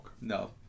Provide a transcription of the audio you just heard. No